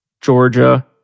Georgia